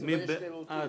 5 נגד, 8 נמנעים,